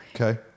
okay